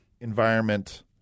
environment